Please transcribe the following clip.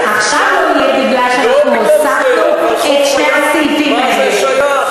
עכשיו לא יהיה בגלל שהוספנו את שני הסעיפים האלה.